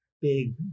big